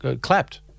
clapped